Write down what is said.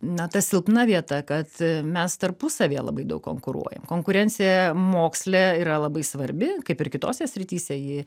na ta silpna vieta kad mes tarpusavyje labai daug konkuruojam konkurencija moksle yra labai svarbi kaip ir kitose srityse ji